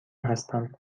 هستم